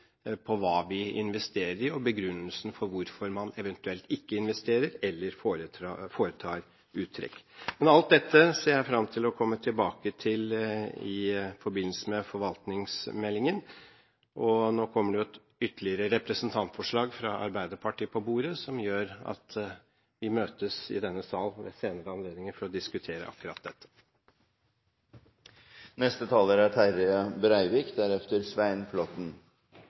på hva vi investerer i – og begrunnelsen for hvorfor man eventuelt ikke investerer eller foretar uttrekk. Alt dette ser jeg fram til å komme tilbake til i forbindelse med forvaltningsmeldingen. Nå kommer det ytterligere et representantforslag, fra Arbeiderpartiet, på bordet, som gjør at vi møtes i denne sal ved senere anledninger for å diskutere akkurat